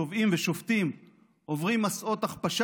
תובעים ושופטים עוברים מסעות הכפשה